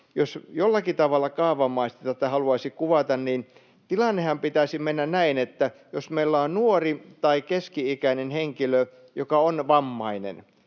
jos jollakin tavalla kaavamaisesti tätä haluaisi kuvata, tilanteenhan pitäisi mennä näin: jos meillä on nuori tai keski-ikäinen henkilö, joka on vammainen,